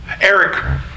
Eric